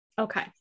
Okay